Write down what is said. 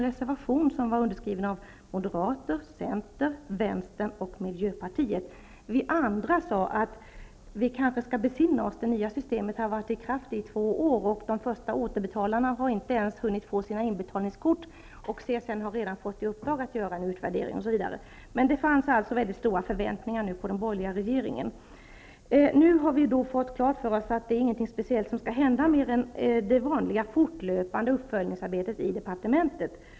Reservationen var underskriven av moderaterna, centern, vänsterpartiet och miljöpartiet. Vi andra sade: Vi kanske skall besinna oss. Det nya systemet har varit i kraft under två år, de första som skall börja återbetala har inte ens hunnit få sina inbetalningskort, och CSN har redan fått i uppdrag att göra en utvärdering. Det fanns emellertid mycket stora förväntningar på den borgerliga regeringen. Och nu har vi fått klart för oss att det inte är något speciellt som skall hända mer än det vanliga fortlöpande uppföljningsarbetet i departementet.